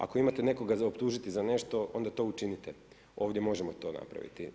Ako imate nekoga optužiti za nešto onda to učinite, ovdje možemo to napraviti.